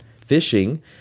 fishing